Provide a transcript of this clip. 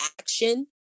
action